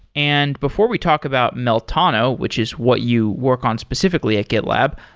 and before we talk about meltano, which is what you work on specifically at gitlab,